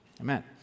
Amen